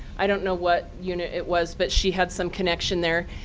i don't know what unit it was. but she had some connection there.